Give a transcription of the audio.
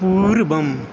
पूर्वम्